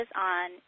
on